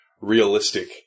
realistic